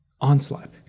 Onslaught